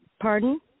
Pardon